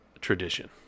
tradition